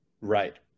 right